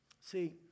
See